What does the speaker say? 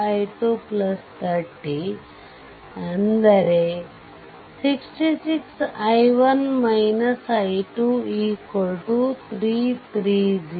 66i1 i2 330